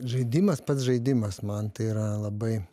žaidimas pats žaidimas man tai yra labai